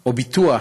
או ביטוח